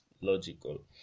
logical